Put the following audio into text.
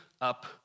up